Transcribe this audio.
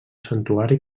santuari